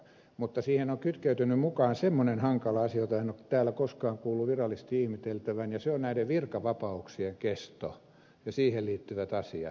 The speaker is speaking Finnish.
mutta siihen on kytkeytynyt mukaan sellainen hankala asia jota en ole täällä koskaan kuullut virallisesti ihmeteltävän ja se on näiden virkavapauksien kesto ja niihin liittyvät asiat